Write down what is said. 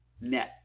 net